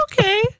okay